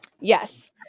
Yes